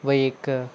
वही एक